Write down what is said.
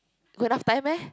got enough time meh